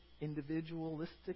individualistic